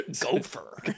Gopher